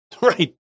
Right